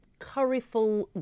curryful